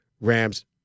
Rams